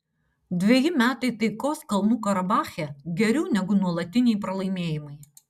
dveji metai taikos kalnų karabache geriau negu nuolatiniai pralaimėjimai